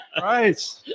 Right